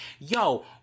yo